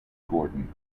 gordon